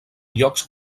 llocs